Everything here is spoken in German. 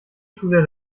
schule